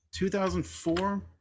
2004